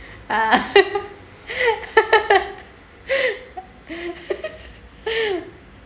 uh